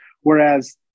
whereas